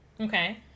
Okay